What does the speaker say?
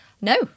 No